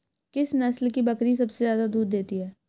किस नस्ल की बकरी सबसे ज्यादा दूध देती है?